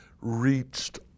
reached